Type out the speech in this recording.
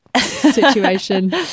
situation